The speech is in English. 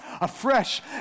afresh